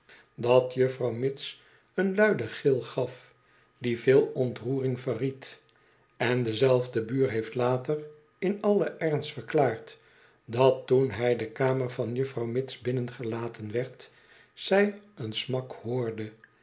dat juffrouw mitts een luiden gil gaf die veel ontroering verried en dezelfde buur heeft later in allen ernst verklaard dat toen hij de kamer van juffrouw mitts binnengelaten werd zij een smak hoorde